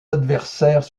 adversaires